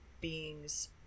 beings